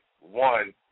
one